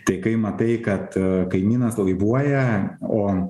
tai kai matai kad kaimynas laivuoja o